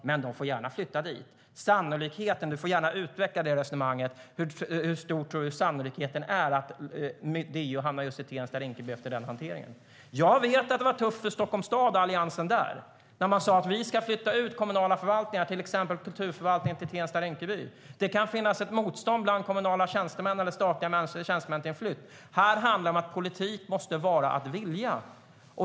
Men de får gärna flytta dit. Du får gärna utveckla det resonemanget. Hur stor tror du sannolikheten är att DO hamnar i just Tensta-Rinkeby efter den hanteringen? Jag vet att det var tufft för Stockholms stad och Alliansen där när de sa att de skulle flytta ut kommunala förvaltningar, till exempel Kulturförvaltningen till Tensta-Rinkeby. Det kan finnas ett motstånd till en flytt bland kommunala eller statliga tjänstemän. Här handlar det om att politik måste vara att vilja.